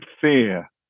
fear